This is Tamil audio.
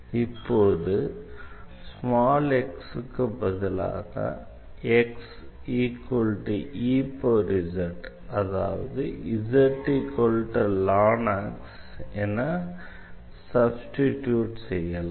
இப்போது x க்கு பதிலாக அதாவது என சப்ஸ்டிடியூட் செய்யலாம்